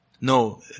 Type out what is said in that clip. No